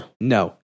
No